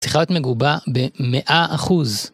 צריכה להיות מגובה במאה אחוז.